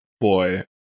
Boy